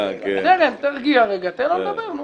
שטרן, תרגיע רגע, תן לו לדבר.